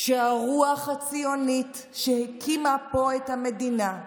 שהרוח הציונית שהקימה פה את המדינה,